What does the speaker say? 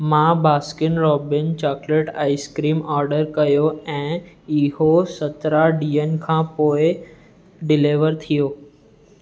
मां Baskin Robbin chocolate ice cream order कयो ऐं इहो सत्रा ॾींहंनि खां पोइ डिलेवर थियो